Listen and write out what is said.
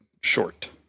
short